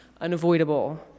unavoidable